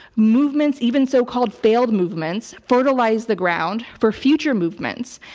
movements, even so-called failed movements fertilize the ground for future movements.